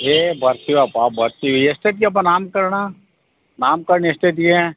ಏಯ್ ಬರ್ತೀವಪ್ಪ ಬರ್ತೀವಿ ಎಷ್ಟೊತ್ತಿಗೆ ಅಪ್ಪ ನಾಮಕರ್ಣ ನಾಮ್ಕರ್ಣ ಎಷ್ಟೊತ್ತಿಗೆ